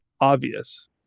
obvious